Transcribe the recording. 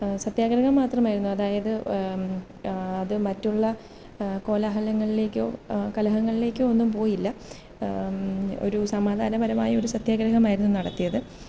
സത്യാഗ്രഹം മാത്രമായിരുന്നു അതായത് അത് മറ്റുള്ള കോലാഹലങ്ങളിലേക്കോ കലഹങ്ങളിലേക്കോ ഒന്നും പോയില്ല ഒരു സമാധാനപരമായി ഒരു സത്യാഗ്രഹമായിരുന്നു നടത്തിയത്